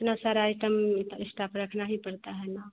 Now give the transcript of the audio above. इतने सारे आइटम तब इस्टाफ रखना ही पड़ता है ना